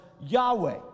Yahweh